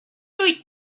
wyt